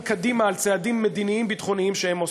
קדימה על צעדים מדיניים-ביטחוניים שהן עושות.